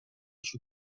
sul